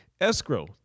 escrow